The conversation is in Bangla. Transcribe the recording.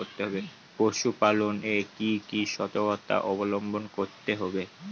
পশুপালন এ কি কি সর্তকতা অবলম্বন করতে হবে?